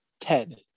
Ted